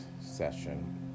session